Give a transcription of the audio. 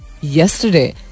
yesterday